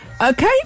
Okay